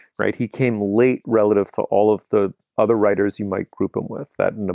right? he came late relative to all of the other writers. you might group him with that. and